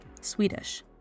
Swedish